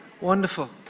Wonderful